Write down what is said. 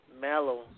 mellow